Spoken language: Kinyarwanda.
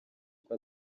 uko